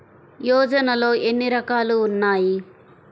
యోజనలో ఏన్ని రకాలు ఉన్నాయి?